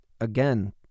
again